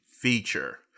feature